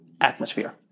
atmosphere